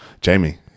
Jamie